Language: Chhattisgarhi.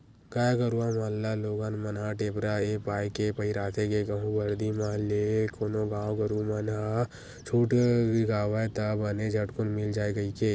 गाय गरुवा मन ल लोगन मन ह टेपरा ऐ पाय के पहिराथे के कहूँ बरदी म ले कोनो गाय गरु मन ह छूट जावय ता बने झटकून मिल जाय कहिके